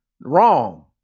wrong